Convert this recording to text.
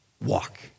walk